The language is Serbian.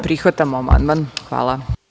Prihvatamo amandman, hvala.